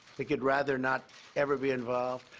think he'd rather not ever be involved.